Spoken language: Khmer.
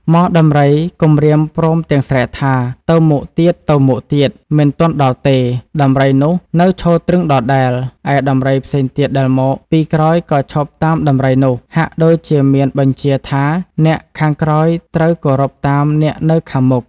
ហ្មដំរីគំរាមព្រមទាំងស្រែកថា ទៅមុខទៀតៗ! មិនទាន់ដល់ទេ! ដំរីនោះនៅឈរទ្រឹងដដែល ឯដំរីផ្សេងទៀតដែលមក ពីក្រោយក៏ឈប់តាមដំរីនោះ ហាក់ដូចជាមានបញ្ជាថាអ្នកខាងក្រោយត្រូវ គោរពតាមអ្នកនៅខាងមុខ ។